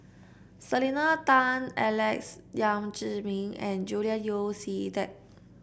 Selena Tan Alex Yam Ziming and Julian Yeo See Teck